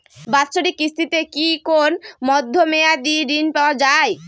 বাৎসরিক কিস্তিতে কি কোন মধ্যমেয়াদি ঋণ পাওয়া যায়?